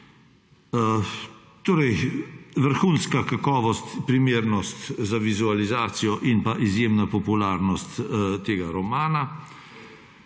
Torej vrhunska kakovost, primernost za vizualizacijo in izjemna popularnost tega romana